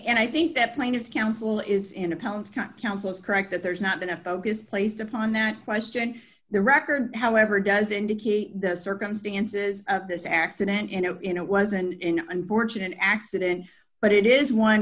and i think that plaintiff's counsel is independence kind counsel is correct that there's not been a focus placed upon that question the record however does indicate the circumstances of this accident and it wasn't in unfortunate accident but it is one